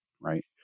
right